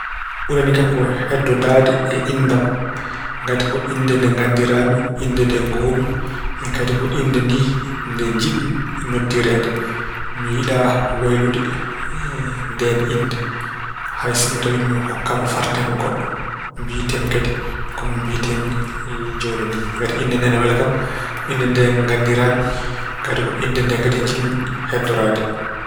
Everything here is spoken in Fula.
Ɓurani kam ko heddodaade e innde am. Ngati ko innde nde nganndiraami, innde nde ngoowmi. Kadi ko innde nii nde jiɗmi noddireede. Mi yiɗaa waylude ndeen innde. Hay sinno tawi mi hokkaama fartaŋŋe goɗɗo, mbiyetee-mi kadi kono mbiyetee-mi jooni ni, ngati innde nde ina wela kam. Innde ndee nganndiraa-mi, kadi ko innde kadi njiɗmi heddoraade.